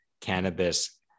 cannabis